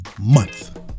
month